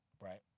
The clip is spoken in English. right